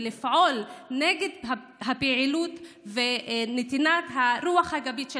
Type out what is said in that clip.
ולפעול נגד הפעילות ונתינת הרוח הגבית של